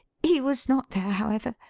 he was not there, however.